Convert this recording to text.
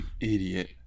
idiot